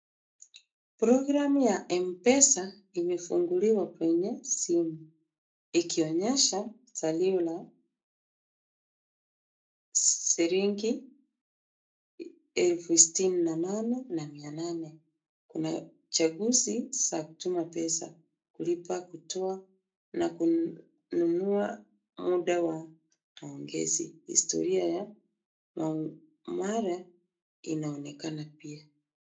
Program ya m-pesa imefunguliwa kwenye simu ikionyesha salio la shilingi elfu sitini na nane na mia nane. Kuna chaguzi za kutuma pesa, kulipa, kutoa na kununua muda wa maongezi. Historia ya maumala inaonekana pia.